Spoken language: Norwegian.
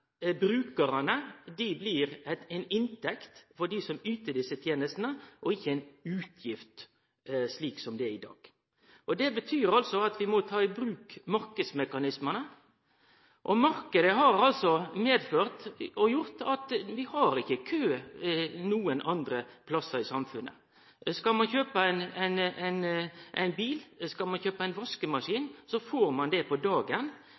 brukarane – blir ei inntekt for dei som yter desse tenestene, og ikkje ei utgift, slik det er i dag. Det betyr at vi må ta i bruk marknadsmekanismane. Marknaden har gjort at vi ikkje har kø nokon andre plassar i samfunnet. Skal ein kjøpe ein bil, skal ein kjøpe ein vaskemaskin, så får ein det på dagen.